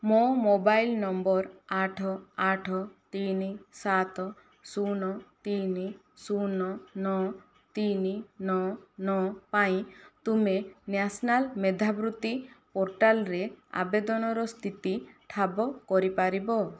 ମୋ mobile number ଆଠ ଆଠ ତିନି ସାତ ଶୂନ ତିନି ଶୂନ ନଅ ତିନି ନଅ ନଅ ପାଇଁ ତୁମେ ନ୍ୟାସନାଲ ମେଧାବୃତ୍ତି ପୋର୍ଟାଲରେ ଆବେଦନର ସ୍ଥିତି ଠାବ କରି ପାରିବ